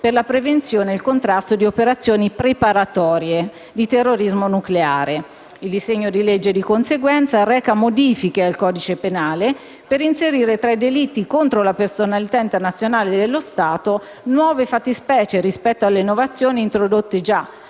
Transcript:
per la prevenzione e il contrasto di operazioni preparatorie di terrorismo nucleare. Il disegno di legge, di conseguenza, reca modifiche al codice penale, per inserire tra i delitti contro la personalità internazionale dello Stato nuove fattispecie rispetto alle innovazioni introdotte già